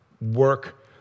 work